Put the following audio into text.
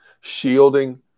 shielding